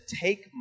take